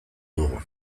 dugu